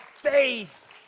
faith